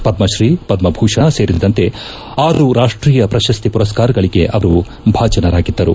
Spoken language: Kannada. ಪದ್ರತ್ರೀ ಪದ್ದ ಭೂಷಣ ಸೇರಿದಂತೆ ಆರು ರಾಷ್ಷೀಯ ಪ್ರಶಸ್ತಿ ಪುರಸ್ತಾರಗಳಿಗೆ ಅವರು ಭಾಜನರಾಗಿದ್ದರು